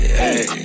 hey